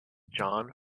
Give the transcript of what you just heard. john